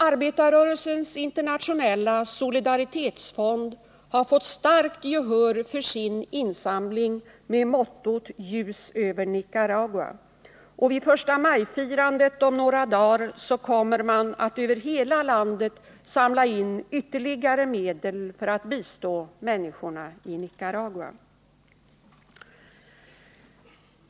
Arbetarrörelsens internationella solidaritetsfond har fått starkt gehör för sin insamling med mottot Ljus över Nicaragua, och vid förstamajfirandet om några dagar kommer man att över hela landet samla in ytterligare medel för att bistå människorna i Nicaragua.